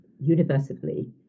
universally